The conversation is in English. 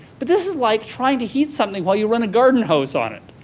but this is like trying to heat something while you run a garden hose on it.